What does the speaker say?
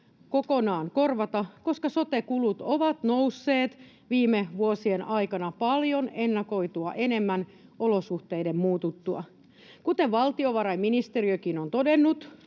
kokonaan korvata, koska sote-kulut ovat nousseet viime vuosien aikana paljon ennakoitua enemmän olosuhteiden muututtua. Kuten valtiovarainministeriökin on todennut,